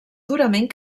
durament